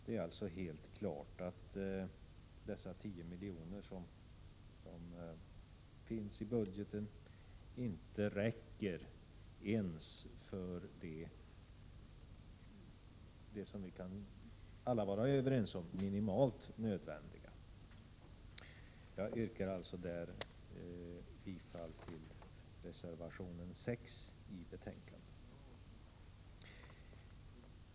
Det är alltså helt klart att de i budgeten föreslagna 10 miljonerna inte räcker ens till det som alla kan vara överens om är det minimalt nödvändiga. Jag yrkar bifall till reservation 6 i betänkandet.